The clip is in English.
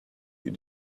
you